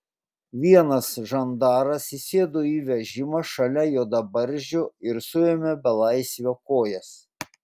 vienas žandaras įsėdo į vežimą šalia juodabarzdžio ir suėmė belaisvio kojas